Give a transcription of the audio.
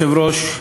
אדוני היושב-ראש,